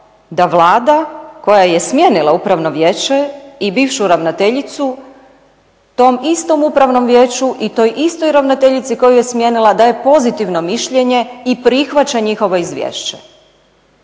da Vlada koja je smijenila upravno vijeće i bivšu ravnateljicu tom istom upravnom vijeću i toj istoj ravnateljici koju je smijenila daje pozitivno mišljenje i prihvaća njihovo izvješće.